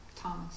Thomas